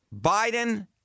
Biden—